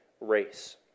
race